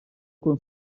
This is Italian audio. con